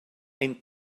ein